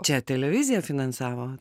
čia televizija finansavo